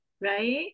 right